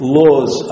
laws